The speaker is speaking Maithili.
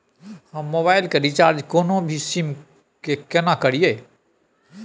हम मोबाइल के रिचार्ज कोनो भी सीम के केना करिए?